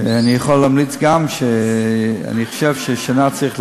אני יכול להמליץ גם שאני חושב ששנה, צריך להאריך,